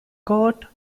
court